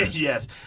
Yes